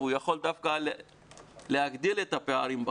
הוא יכול דווקא להגדיל את הפערים בחברה.